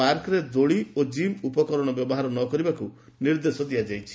ପାର୍କରେ ଦୋଳି ଓ କିମ୍ ଉପକରଣ ବ୍ୟବହାର ନ କରିବାକୁ ନିର୍ଦ୍ଦେଶ ଦିଆଯାଇଛି